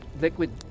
liquid